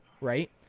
right